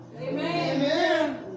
Amen